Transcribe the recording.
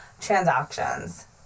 transactions